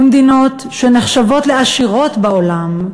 ומדינות שנחשבות לעשירות בעולם,